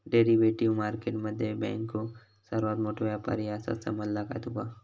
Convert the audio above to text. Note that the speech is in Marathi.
डेरिव्हेटिव्ह मार्केट मध्ये बँको सर्वात मोठे व्यापारी आसात, समजला काय तुका?